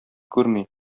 күрми